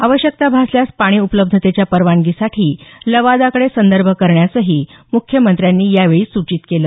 आवश्यकता भासल्यास पाणी उपलब्धतेच्या परवानगीसाठी लवादाकडे संदर्भ करण्याचंही मुख्यमंत्र्यांनी यावेळी सूचित केलं